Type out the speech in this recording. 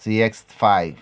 six five